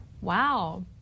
Wow